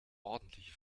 ordentliche